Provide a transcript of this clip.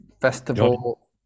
festival